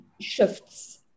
shifts